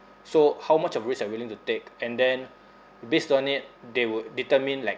so how much of risk I'm willing to take and then based on it they will determine like